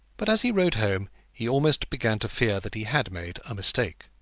but as he rode home he almost began to fear that he had made a mistake.